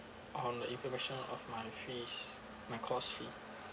um the information of my fees my course fee